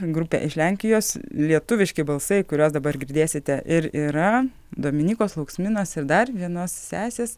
grupė iš lenkijos lietuviški balsai kuriuos dabar girdėsite ir yra dominykos lauksminos ir dar vienos sesės